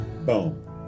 Boom